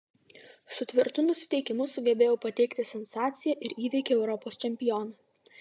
su tvirtu nusiteikimu sugebėjau pateikti sensaciją ir įveikiau europos čempioną